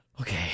Okay